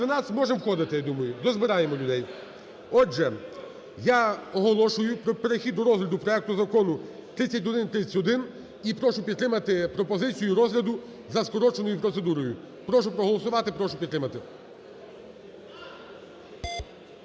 За-212 Можемо входити, я думаю, дозбираємо людей. Отже, я оголошую про перехід до розгляду проекту закону 3131 і прошу підтримати пропозицію розгляду за скороченою процедурою. Прошу проголосувати, прошу підтримати.